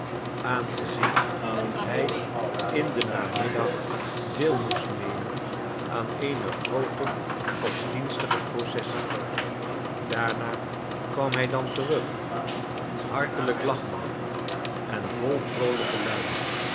aangezien hij in den namiddag deel moest nemen aan eene groote godsdienstige processie daarna kwam hij dan terug hartelijk lachende en vol vroolijke hum